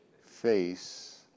face